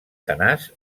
tenaç